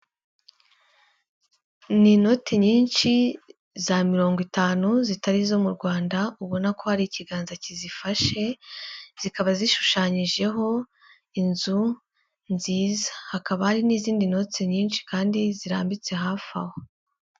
Ni inoti nyinshi za mirongo itanu zitari izo mu Rwanda, ubona ko hari ikiganza kizifashe, zikaba zishushanyijeho inzu nziza, hakaba hari n'izindi noti nyinshi kandi zirambitse hafi aho.